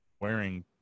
wearing